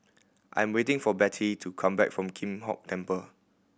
I'm waiting for Bettye to come back from Kim Hong Temple